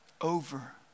over